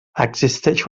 existeix